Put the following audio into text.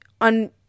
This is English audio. On